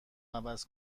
عوض